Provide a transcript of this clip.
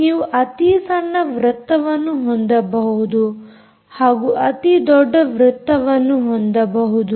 ನೀವು ಅತಿ ಸಣ್ಣ ವೃತ್ತವನ್ನು ಹೊಂದಬಹುದು ಹಾಗೂ ಅತಿ ದೊಡ್ಡ ವೃತ್ತವನ್ನು ಹೊಂದಬಹುದು